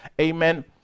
amen